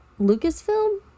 lucasfilm